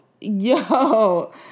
Yo